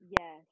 Yes